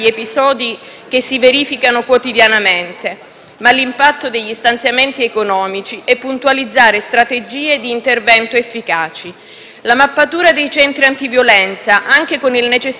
ma l'impatto degli stanziamenti economici e puntualizzare strategie di intervento efficaci. La mappatura dei centri antiviolenza, anche con il necessario supporto del Dipartimento per le pari opportunità,